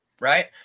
right